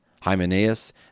Hymenaeus